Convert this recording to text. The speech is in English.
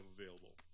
available